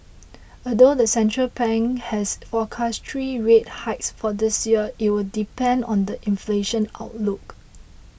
although the central bank has forecast three rate hikes for this year it will depend on the inflation outlook